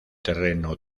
terreno